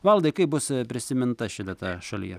valdai kaip bus prisiminta ši data šalyje